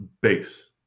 base